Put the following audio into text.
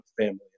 family